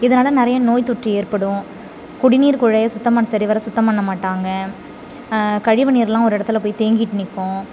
இதனால் நிறையா நோய்தொற்று ஏற்படும் குடிநீர் குழாயை சுத்தம் பண்ண சரிவர சுத்தம் பண்ண மாட்டாங்க கழிவு நீரெலாம் ஒரு இடத்துல போய் தேங்கிட்டு நிற்கும்